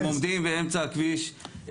הם עומדים באמצע הכביש,